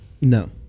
No